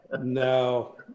No